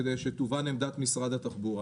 כדי שתובן עמדת משרד התחבורה: